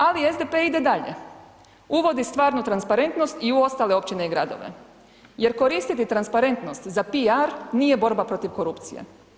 Ali, SDP ide dalje, uvodi stvarnu transparentnost i u ostale općine i gradove jer koristiti transparentnost za PR nije borba protiv korupcije.